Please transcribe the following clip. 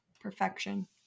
perfection